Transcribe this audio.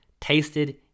tasted